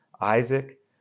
Isaac